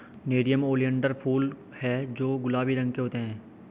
nerium oleander फूल हैं जो गुलाबी रंग के होते हैं